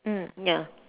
mm ya